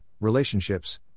relationships